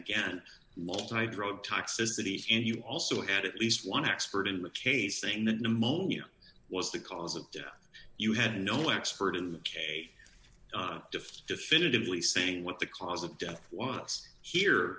again multi drug toxicity and you also had at least one expert in the case saying that pneumonia was the cause of death you had no expert in the k definitively saying what the cause of death was here